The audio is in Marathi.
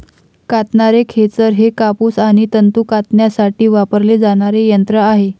कातणारे खेचर हे कापूस आणि तंतू कातण्यासाठी वापरले जाणारे यंत्र आहे